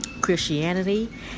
Christianity